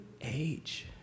age